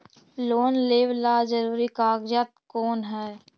Loan लेब ला जरूरी कागजात कोन है?